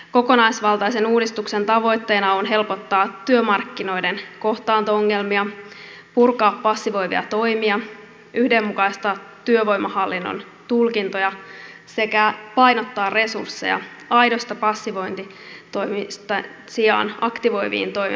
kokonaisvaltaisen uudistuksen tavoitteena on helpottaa työmarkkinoiden kohtaanto ongelmia purkaa passivoivia toimia yhdenmukaistaa työvoimahallinnon tulkintoja sekä painottaa resursseja panostamalla aitojen passivointitoimien sijaan aktivoiviin toimenpiteisiin